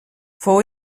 fou